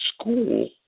school